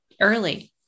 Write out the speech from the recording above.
early